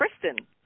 Kristen